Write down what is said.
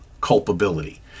culpability